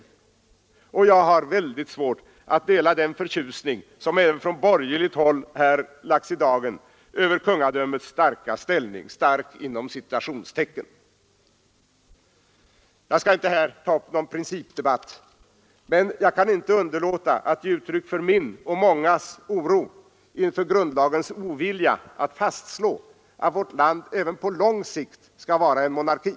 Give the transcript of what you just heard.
Jag har väldigt svårt att dela den förtjusning som även från borgerligt håll här lagts i dagen över kungadömets ”starka” ställning. Jag skall inte här ta upp någon principdebatt, men jag kan inte underlåta att ge uttryck för min och många andras oro inför oviljan att i grundlagen fastslå att vårt land även på lång sikt skall vara en monarki.